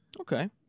Okay